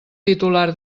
titular